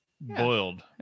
Boiled